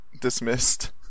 dismissed